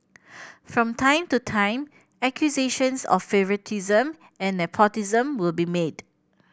from time to time accusations of favouritism and nepotism will be made